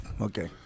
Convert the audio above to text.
okay